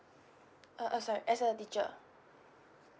uh uh sorry as a teacher